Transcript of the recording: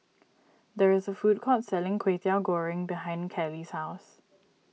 there is a food court selling Kwetiau Goreng behind Kallie's house